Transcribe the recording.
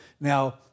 Now